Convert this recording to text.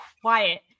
quiet